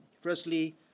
Firstly